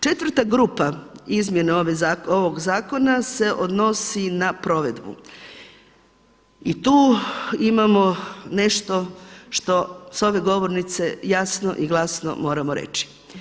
Četvrta grupa izmjena ovog zakona se odnosi na provedbu i tu imamo nešto što s ove govornice jasno i glasno moramo reći.